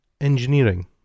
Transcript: engineering